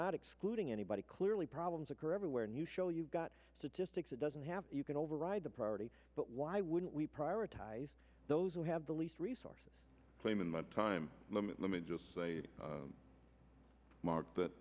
not excluding anybody clearly problems occur everywhere new show you've got to just takes it doesn't have you can override the priority but why wouldn't we prioritize those who have the least resources claim in that time limit let me just say mark but